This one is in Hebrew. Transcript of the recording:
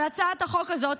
על הצעת החוק הזאת,